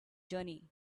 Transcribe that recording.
journey